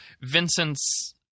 Vincent's